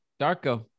Darko